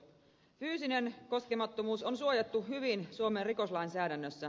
fyysinen koskemattomuus on suojattu hyvin suomen rikoslainsäädännössä